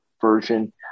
version